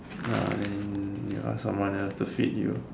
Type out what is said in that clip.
and you ask someone else to feed you